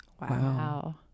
Wow